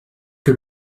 que